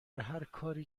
هرکاری